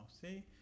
See